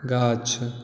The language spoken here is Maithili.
गाछ